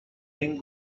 این